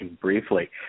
briefly